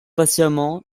patiemment